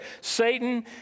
Satan